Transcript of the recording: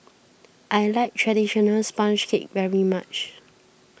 I like Traditional Sponge Cake very much